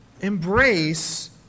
embrace